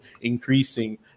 increasing